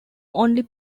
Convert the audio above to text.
only